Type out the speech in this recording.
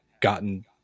gotten